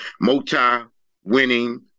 multi-winning